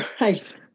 right